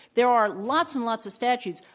there are lots and lots of statutes.